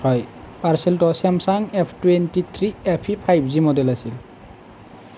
হয় পাৰ্চেলটো Samsung F twenty three F E five G model আছিল